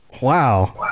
wow